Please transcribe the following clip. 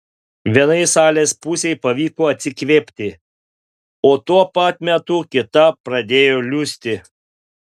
vienai salės pusei pavyko atsikvėpti o tuo pat metu kita pradėjo liūsti